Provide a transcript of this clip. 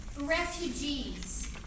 Refugees